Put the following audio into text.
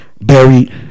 buried